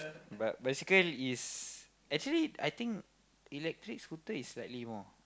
but bicycle is actually I think electric scooter is slightly more